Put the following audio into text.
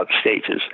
stages